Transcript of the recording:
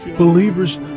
Believers